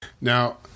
Now